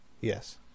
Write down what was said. Yes